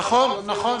נכון.